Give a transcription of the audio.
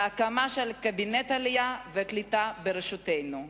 והקמה של קבינט עלייה וקליטה בראשותנו,